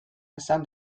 esan